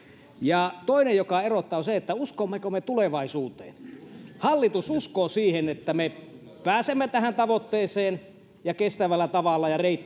ja toinen joka erottaa on se että uskommeko me tulevaisuuteen hallitus uskoo siihen että me pääsemme tähän tavoitteeseen ja kestävällä tavalla ja